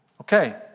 Okay